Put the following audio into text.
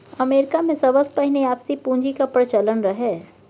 अमरीकामे सबसँ पहिने आपसी पुंजीक प्रचलन रहय